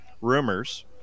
Rumors